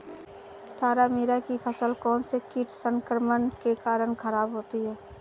तारामीरा की फसल कौनसे कीट संक्रमण के कारण खराब होती है?